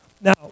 Now